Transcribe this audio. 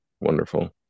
wonderful